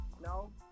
No